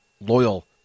loyal